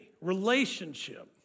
relationship